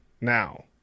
now